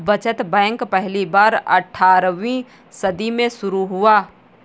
बचत बैंक पहली बार अट्ठारहवीं सदी में शुरू हुआ